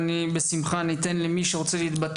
ואני בשמחה אתן זמן במסגרת הדיון למי שירצה להתבטא,